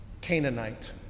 Canaanite